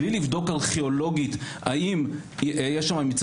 בלי לבדוק ארכיאולוגית האם יש שם ממצא